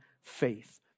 faith